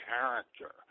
character